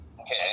Okay